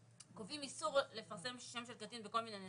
קובעים איסור לפרסם שם של קטין בכל מיני נסיבות,